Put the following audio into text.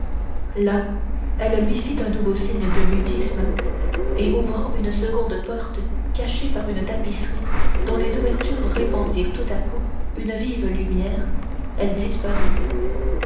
là elle lui fit un nouveau signe de mutisme et ouvrant une seconde porte cachée par une tapisserie dont les ouvertures répandirent tout à coup une vive lumière elle disparut